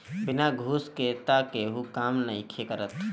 बिना घूस के तअ केहू काम नइखे करत